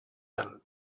well